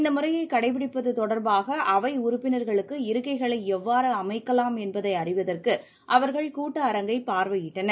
இந்த முறையை கடைபிடிப்பது தொடர்பாக அவை உறுப்பினர்களுக்கு இருக்கைகளை எவ்வாறு அமைக்கலாம் என்பதை அறிவதற்கு அவர்கள் கூட்ட அரங்கை பார்வையிட்டனர்